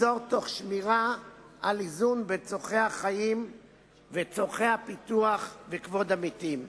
וזאת תוך שמירה על איזון בין צורכי החיים וצורכי הפיתוח וכבוד המתים.